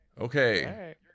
Okay